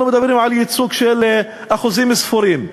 אנחנו מדברים על ייצוג של אחוזים ספורים.